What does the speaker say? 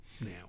now